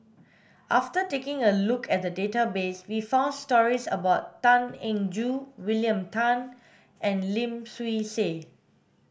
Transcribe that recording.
after taking a look at the database we found stories about Tan Eng Joo William Tan and Lim Swee Say